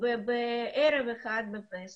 וערב אחד, בפסח, אנחנו